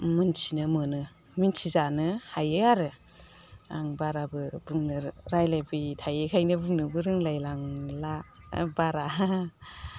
मिन्थिनो मोनो मिन्थिजानो हायो आरो आं बाराबो रायज्लायबाय थायिखायनो बुंनोबो रोंलायलांला बारा